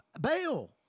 bail